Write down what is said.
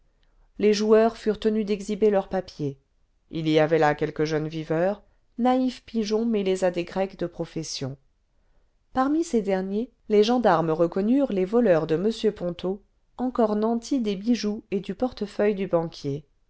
les joueurs furent tenus d'exhiber leurs papiers il y avait là quelques jeunes viveurs naïfs pigeons mêlés à des grecs de profession parmi ces derniers les gendarmes reconnurent les voleurs de m ponto encore nantis des bijoux et du portefeuille du'banquier